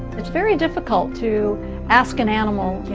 it's very difficult to ask an animal,